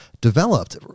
developed